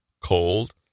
cold